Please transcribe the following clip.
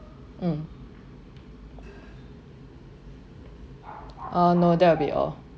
mm oh no that will be all